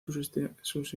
sus